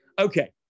Okay